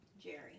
Jerry